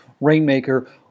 Rainmaker